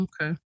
okay